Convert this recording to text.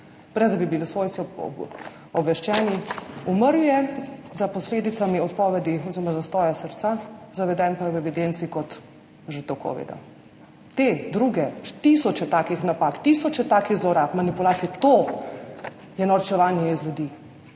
brez da bi bili svojci obveščeni. Umrl je za posledicami odpovedi oziroma zastoja srca, zaveden pa je v evidenci kot žrtev covida. Te druge napake, tisoče takih napak, tisoče takih zlorab, manipulacij, to je norčevanje iz ljudi.